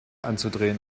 anzudrehen